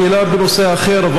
השאלה בנושא אחר,